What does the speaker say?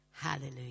Hallelujah